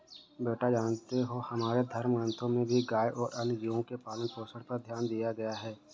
बेटा जानते हो हमारे धर्म ग्रंथों में भी गाय और अन्य जीव के पालन पोषण पर ध्यान दिया गया है